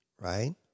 right